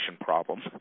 problem